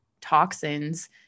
toxins